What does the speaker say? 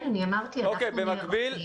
כן, אמרתי שאנחנו נערכים.